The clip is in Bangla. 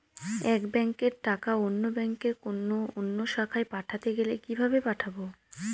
এক ব্যাংকের টাকা অন্য ব্যাংকের কোন অন্য শাখায় পাঠাতে গেলে কিভাবে পাঠাবো?